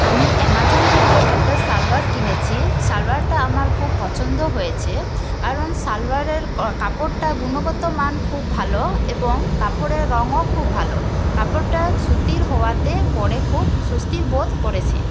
আমি অ্যামাজন থেকে একটা সালোয়ার কিনেছি সালোয়ারটা আমার খুব পছন্দ হয়েছে কারণ সালোয়ারের কাপড়টা গুণগত মান খুব ভালো এবং কাপড়ের রঙও খুব ভালো কাপড়টা সুতির হওয়াতে পরে খুব স্বস্তি বোধ করেছি